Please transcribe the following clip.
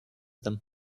them